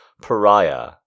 pariah